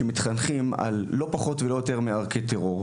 שמתחנכים על ערכי טרור.